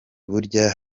burya